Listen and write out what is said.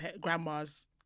grandmas